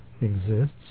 exists